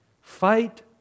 Fight